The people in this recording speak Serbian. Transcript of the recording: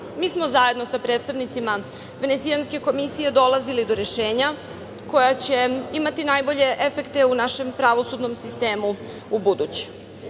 Mi smo zajedno sa predstavnicima Venecijanske komisije dolazili do rešenja koja će imati najbolje efekte u našem pravosudnom sistemu ubuduće. Na